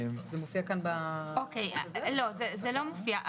זה לא מופיע כאן.